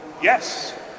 Yes